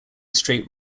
straight